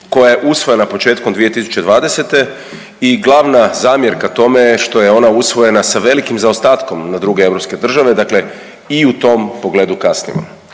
koja je usvojena početkom 2020. i glavna zamjerka tome je što je ona usvojena sa velikim zaostatkom na druge europske države. Dakle i u tom pogledu kasnimo.